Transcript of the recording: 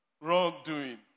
wrongdoing